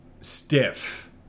stiff